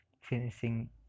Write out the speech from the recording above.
finishing